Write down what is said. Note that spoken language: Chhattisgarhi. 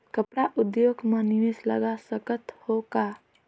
कपड़ा उद्योग म निवेश लगा सकत हो का?